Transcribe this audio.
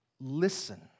Listen